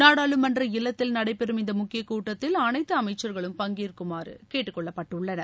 நாடாளுமன்ற இல்லத்தில் நடைபெறும் இந்த முக்கிய கூட்டத்தில் அனைத்து அமைச்சர்களும் பங்கேற்குமாறு கேட்டுக்கொள்ளப்பட்டுள்ளனர்